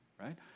right